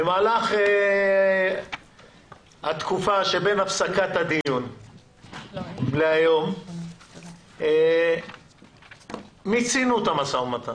במהלך התקופה שבין הפסקת הדיון להיום מיצינו את המשא ומתן.